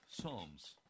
Psalms